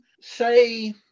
say